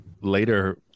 later